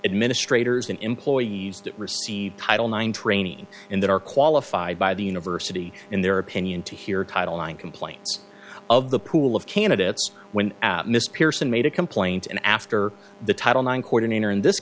administrators in employees that received title nine training in that are qualified by the university in their opinion to hear title complaints of the pool of candidates when miss pearson made a complaint and after the title nine coordinator in this